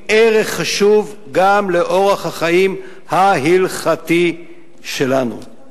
ערך חשוב גם לאורח החיים ההלכתי שלנו.